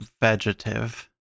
vegetative